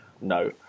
no